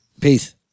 Peace